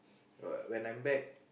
when I'm back